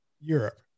europe